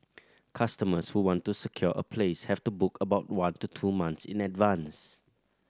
customers who want to secure a place have to book about one to two months in advance